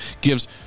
gives